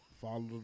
Follow